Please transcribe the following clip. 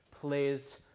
plays